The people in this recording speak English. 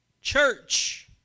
church